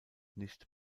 nicht